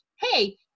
hey